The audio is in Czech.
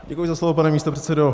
Děkuji za slovo, pane místopředsedo.